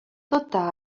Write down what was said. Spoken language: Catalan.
tota